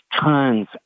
tons